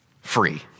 free